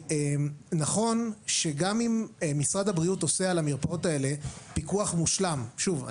נכון שגם אם משרד הבריאות עושה על המרפאות האלה פיקוח מושלם שוב,